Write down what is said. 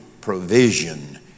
provision